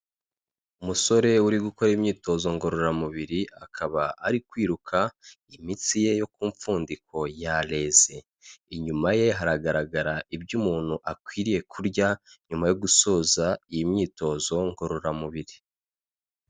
Umusore uri gukora imyitozo ngororamubiri, akaba ari kwiruka imitsi ye yo ku mfundiko yareze, inyuma ye haragaragara ibyo umuntu akwiriye kurya, nyuma yo gusoza iyi myitozo ngororamubiri.